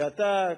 ואתה,